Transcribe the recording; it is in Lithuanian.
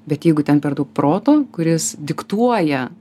bet jeigu ten per daug proto kuris diktuoja